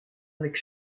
avec